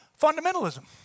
fundamentalism